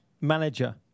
manager